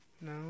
No